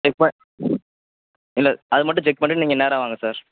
check ப இல்லை அது மட்டும் செக் பண்ணிவிட்டு நீங்கள் நேராக வாங்க சார்